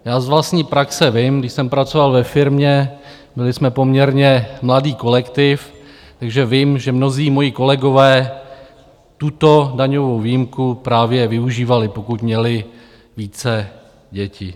Já z vlastní praxe vím, když jsem pracoval ve firmě, byli jsme poměrně mladý kolektiv, takže vím, že mnozí moji kolegové tuto daňovou výjimku právě využívali, pokud měli více děti.